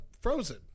frozen